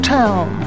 town